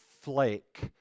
flake